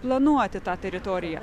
planuoti tą teritoriją